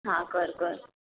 हां कर कर